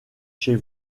chez